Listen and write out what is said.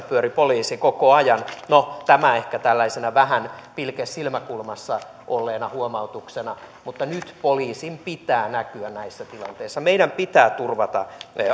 pyöri poliisi koko ajan no tämä ehkä tällaisena vähän pilke silmäkulmassa olleena huomautuksena mutta nyt poliisin pitää näkyä näissä tilanteissa meidän pitää turvata